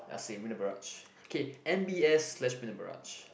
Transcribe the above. ya same Marina Barrage okay M_B_S slash Marina Barrage